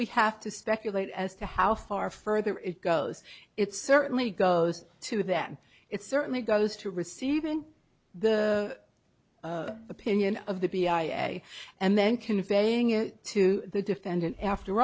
we have to speculate as to how far further it goes it certainly goes to that it certainly goes to receiving the opinion of the b i and then conveying it to the defendant after